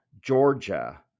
Georgia